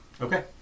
Okay